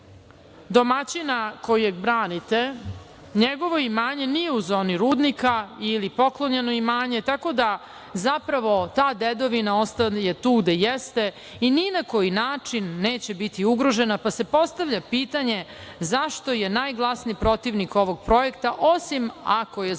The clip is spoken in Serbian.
domaćina kojeg branite, njegovo imanje nije u zoni rudnika ili poklonjeno imanje, tako da zapravo ta dedovina ostaje tu gde jeste i ni na koji način neće biti ugrožena, pa se postavlja pitanje zašto je najglasniji protivnik ovog projekta, osim ako je zbog